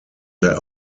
their